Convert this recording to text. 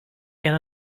can